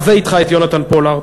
הבא אתך את יונתן פולארד.